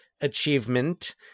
achievement